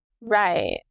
Right